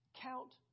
Count